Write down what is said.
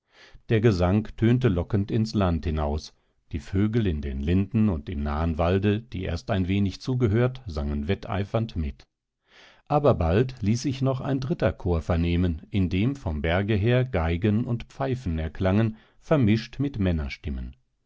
der gesang tönte lockend ins land hinaus die vögel in den linden und im nahen walde die erst ein wenig zugehört sangen wetteifernd mit aber bald ließ sich noch ein dritter chor vernehmen indem vom berge her geigen und pfeifen erklangen vermischt mit männerstimmen